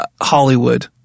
Hollywood